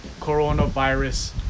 coronavirus